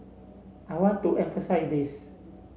I want to emphasise this